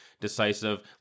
decisive